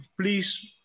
please